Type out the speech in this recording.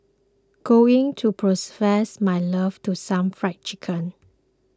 going to my love to some Fried Chicken